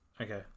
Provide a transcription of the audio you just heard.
Okay